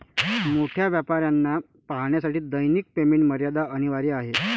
मोठ्या व्यापाऱ्यांना पाहण्यासाठी दैनिक पेमेंट मर्यादा अनिवार्य आहे